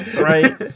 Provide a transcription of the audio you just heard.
Right